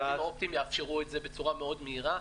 -- והסיבים האופטיים יאפשרו את זה בצורה מאוד מהירה.